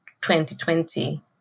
2020